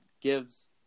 gives